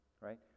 right